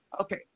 okay